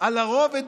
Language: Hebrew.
על הרוב.